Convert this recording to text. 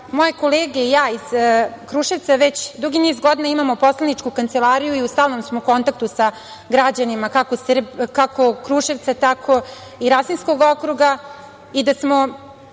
moje kolege i ja iz Kruševca već dugi niz godina imamo poslaničku kancelariju i u stalnom smo kontaktu sa građanima kako Kruševca, tako i Rasinskog okruga